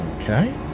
Okay